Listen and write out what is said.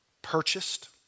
Purchased